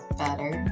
better